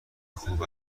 خوب